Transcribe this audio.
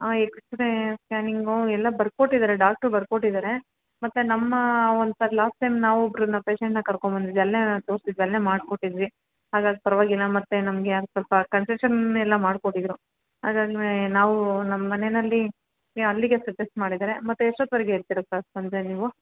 x ray scanning ಎಲ್ಲ ಬರ್ಕೊಟ್ಟಿದ್ದಾರೆ doctor ಬರ್ಕೊಟ್ಟಿದ್ದಾರೆ ಮತ್ತು ನಮ್ಮ ಒಂದು ಸರ್ ಲಾಸ್ಟ್ ಟೈಮ್ ನಾವು ಒಬ್ರನ್ನ ಪೇಶೆಂಟನ್ನು ಕರ್ಕೊಂಡ್ಬಂದಿದ್ದೆ ಅಲ್ಲೇ ನಾನು ತೋರಿಸಿದ್ದು ಅಲ್ಲೇ ಮಾಡಿಕೊಟ್ಟಿದ್ರಿ ಹಾಗಾಗಿ ಪರವಾಗಿಲ್ಲ ಮತ್ತು ನಮಗೆ ಯಾರೋ ಸ್ವಲ್ಪ ಕನ್ಸೆಷನ್ ಎಲ್ಲ ಮಾಡಿಕೊಟ್ಟಿದ್ರು ನಾವು ನಮ್ಮ ಮನೇನಲ್ಲಿ ಅಲ್ಲಿಗೆ ಸಜೆಸ್ಟ್ ಮಾಡಿದ್ದಾರೆ ಮತ್ತು ಎಷ್ಟೊತ್ವರೆಗೆ ಇರ್ತೀರ ಸರ್ ಸಂಜೆ ನೀವು